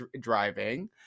driving